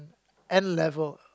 N-level